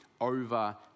over